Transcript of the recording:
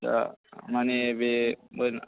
दा माने बे मोना